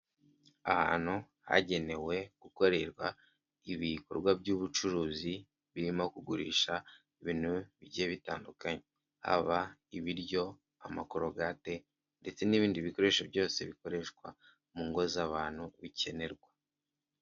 Ahantu hagenewe gukorerwa ibikorwa by'ubucuruzi birimo kugurisha ibintu bigiye bitandukanye haba ibiryo, amakorogate ndetse n'ibindi bikoresho byose bikoreshwa mu ngo z'abantu bikenerwa.